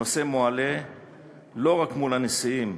הנושא מועלה לא רק מול הנשיאים,